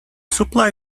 supply